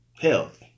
Health